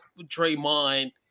Draymond